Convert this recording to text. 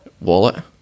Wallet